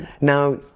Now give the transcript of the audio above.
Now